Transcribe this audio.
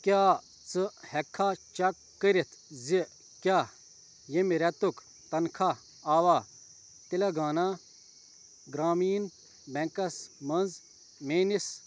کیٛاہ ژٕ ہیٚکہِ کھا چیٚک کٔرِتھ زِ کیٛاہ ییٚمہِ ریٚتُک تنخوٛاہ آوا تِلنگانہ گرٛامیٖن بیٚنکَس منٛز میٛٲنِس